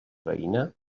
veïna